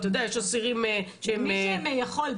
יש אסירים --- מי שיכול,